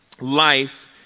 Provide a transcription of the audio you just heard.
life